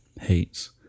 hates